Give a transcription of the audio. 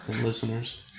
listeners